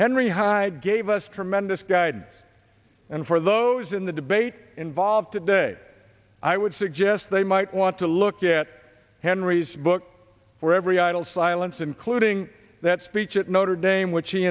henry hyde gave us tremendous guide and for those in the debate involved today i would suggest they might want to look at henry's book for every idle silence including that speech at notre dame which he